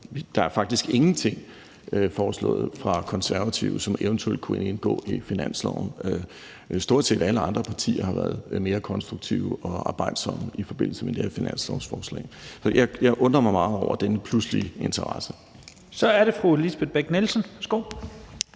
der er faktisk ikke blevet foreslået noget fra Konservatives side, som eventuelt kunne indgå i finansloven. Stort set alle andre partier har været mere konstruktive og arbejdsomme i forbindelse med det her finanslovsforslag. Så jeg undrer mig meget over denne pludselige interesse. Kl. 09:12 Første næstformand